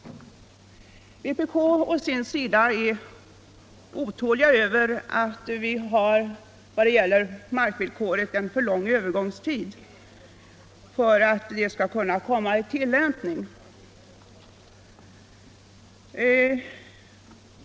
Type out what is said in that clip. Vpk å sin sida är otåligt över att vi när det gäller markvillkoret har en för lång övergångstid innan det kommer i full tillämpning.